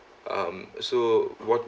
um so what